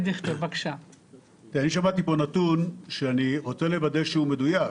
אני שמעתי פה נתון שאני רוצה לוודא שהוא מדויק.